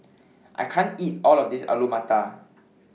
I can't eat All of This Alu Matar